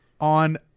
on